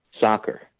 soccer